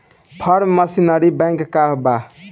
Form machinery bank का बा?